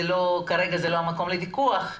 כרגע זה לא המקום לוויכוח.